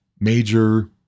major